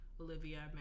Olivia